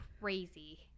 crazy